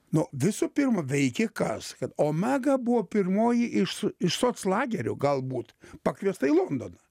nu visų pirma veikė kas kad omega buvo pirmoji iš su iš soc lagerio galbūt pakviesta į londoną